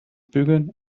bügeln